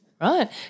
Right